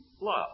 love